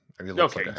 Okay